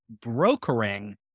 brokering